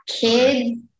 Kids